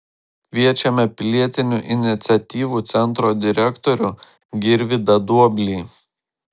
kviečiame pilietinių iniciatyvų centro direktorių girvydą duoblį